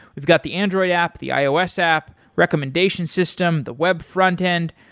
we've got the android app, the ios app, recommendation system, the web frontend.